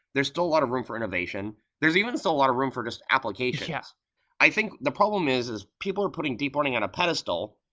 there's still a lot of room for innovation, there's even still a lot of room for just applications i think the problem is is people are putting deep learning on a pedestal,